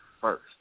first